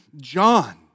John